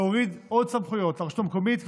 להוריד עוד סמכויות לרשות המקומית,